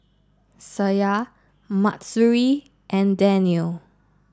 Syah Mahsuri and Danial